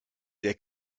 der